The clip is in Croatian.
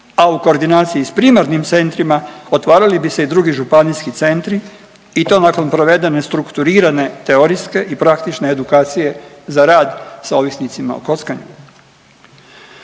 a u koordinaciji sa primarnim centrima otvarali bi se i drugi županijski centri i to nakon provedene strukturirane teorijske i praktične edukacije za rad sa ovisnicima o kockanju.